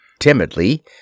timidly